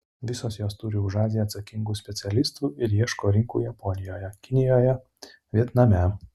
visos jos turi už aziją atsakingų specialistų ir ieško rinkų japonijoje kinijoje vietname